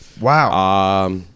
Wow